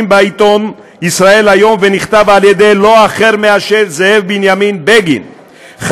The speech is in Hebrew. בעיתון ישראל היום ונכתב על ידי לא אחר מאשר זאב בנימין בגין,